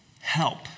Help